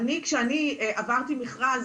כשאני עברתי מכרז,